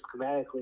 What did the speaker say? schematically